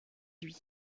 lui